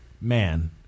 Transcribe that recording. man